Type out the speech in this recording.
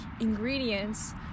ingredients